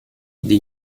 die